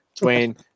Dwayne